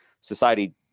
society